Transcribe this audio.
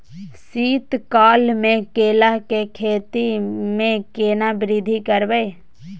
शीत काल मे केला के खेती में केना वृद्धि करबै?